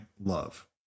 love